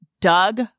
Doug